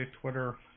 Twitter